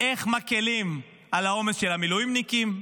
איך מקילים את העומס של המילואימניקים,